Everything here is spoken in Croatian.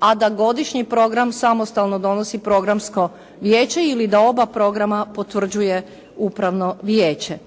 a da godišnji program samostalno donosi programsko vijeće ili da oba programa potvrđuje upravno vijeće.